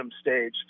Stage